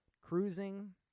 Cruising